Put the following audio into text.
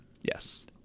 yes